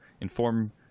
inform